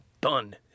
done